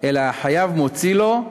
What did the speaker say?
אלא החייב מוציא לו,